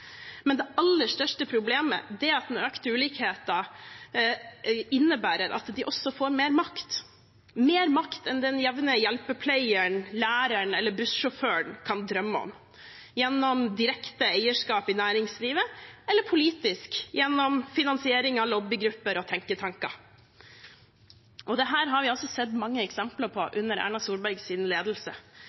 Men det aller største problemet er at den økte ulikheten innebærer at de også får mer makt – mer makt enn den jevne hjelpepleieren, læreren eller bussjåføren kan drømme om – gjennom direkte eierskap i næringslivet, eller politisk gjennom finansiering av lobbygrupper og tenketanker. Dette har vi sett mange eksempler på under Erna Solbergs ledelse.